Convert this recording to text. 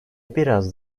biraz